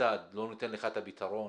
כממסד לא נותן לך את הפתרון,